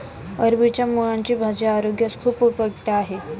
अरबीच्या मुळांची भाजी आरोग्यास खूप उपयुक्त आहे